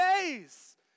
days